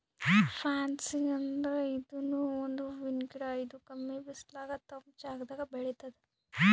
fancy ಅಂದ್ರ ಇದೂನು ಒಂದ್ ಹೂವಿನ್ ಗಿಡ ಇದು ಕಮ್ಮಿ ಬಿಸಲದಾಗ್ ತಂಪ್ ಜಾಗದಾಗ್ ಬೆಳಿತದ್